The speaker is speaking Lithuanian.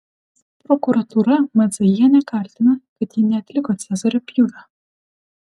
prokuratūra madzajienę kaltina kad ji neatliko cezario pjūvio